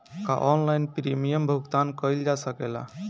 का online premium भुगतान कईल जा सकेला?